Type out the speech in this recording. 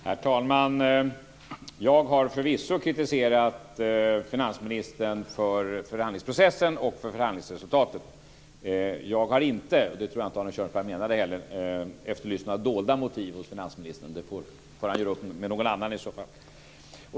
Herr talman! Jag har förvisso kritiserat finansministern för förhandlingsprocessen och för förhandlingsresultatet. Jag har inte - det tror jag inte Arne Kjörnsberg menade heller - efterlyst några dolda motiv hos finansministern. Det får han göra upp med någon annan i så fall.